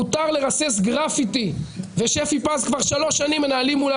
מותר לרסס גרפיטי ושפי פז כבר שלוש שנים מנהלים מולה